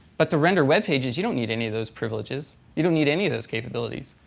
but to render webpages, you don't need any of those privileges. you don't need any of those capabilities.